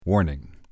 Warning